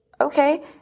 Okay